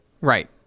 Right